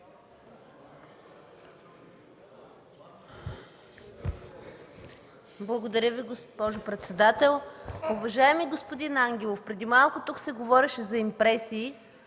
Благодаря Ви, госпожо председател. Уважаеми господин Ангелов, преди малко тук се говореше за импресии,